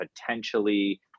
potentially